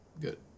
Good